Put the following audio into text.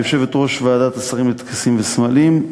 כיושבת-ראש ועדת השרים לטקסים וסמלים,